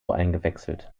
eingewechselt